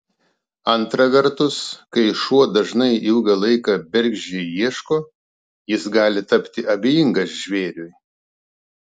antra vertus kai šuo dažnai ilgą laiką bergždžiai ieško jis gali tapti abejingas žvėriui